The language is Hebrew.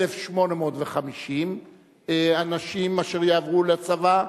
1,850 אנשים אשר יעברו לצבא,